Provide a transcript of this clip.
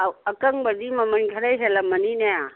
ꯑꯧ ꯑꯀꯪꯕꯗꯤ ꯃꯃꯟ ꯈꯔ ꯍꯦꯜꯂꯝꯃꯅꯤꯅꯦ